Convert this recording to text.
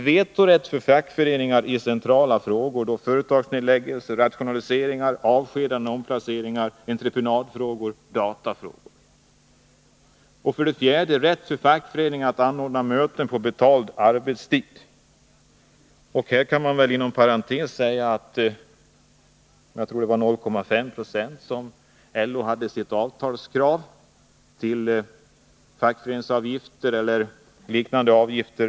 Vetorätt för fackföreningar i centrala frågor: företagsnedläggelser, rationaliseringar, avskedanden, omplaceringar, entreprenadfrågor, datafrågor. Inom parentes kan jag säga att LO här i sitt avtalskrav satte upp 0,5 90 av fackföreningsavgifter eller liknande avgifter.